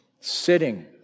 sitting